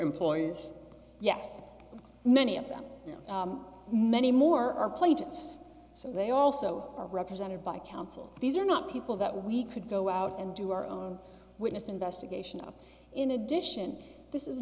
employees yes many of them many more are played us so they also are represented by counsel these are not people that we could go out and do our own witness investigation of in addition this is